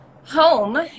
home